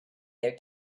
their